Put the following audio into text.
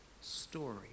story